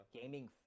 gaming